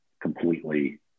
completely